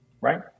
Right